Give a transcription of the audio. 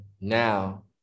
now